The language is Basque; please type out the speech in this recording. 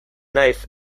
nahiz